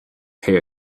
pay